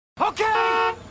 Okay